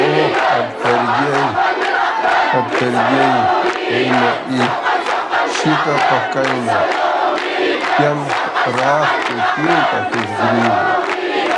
o atsargiai atsargiai eime į šitą pakalnę ten rąstų tiltas išgriuvęs